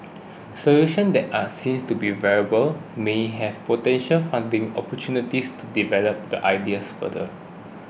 solutions that are seen to be viable may have potential funding opportunities to develop the ideas further